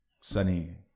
sunny